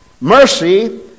Mercy